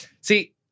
See